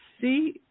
See